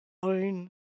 fine